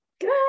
Good